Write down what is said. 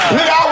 Nigga